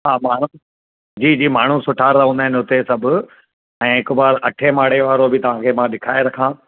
हा माण्हू जी जी माण्हू सुठा रहंदा आहिनि हुते सभु ऐं हिकु बार अठे माड़े वारो बि तव्हांखे मां ॾेखाए रखा